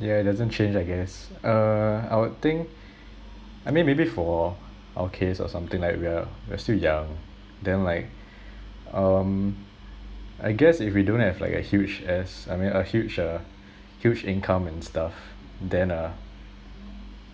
yeah it doesn't change I guess uh I would think I mean maybe for our case or something like we're we're still young then like um I guess if we don't have like a huge ass I mean a huge uh huge income and stuff then uh